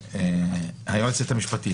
היועצת המשפטית, בבקשה.